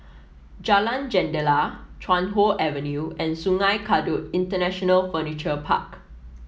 Jalan Jendela Chuan Hoe Avenue and Sungei Kadut International Furniture Park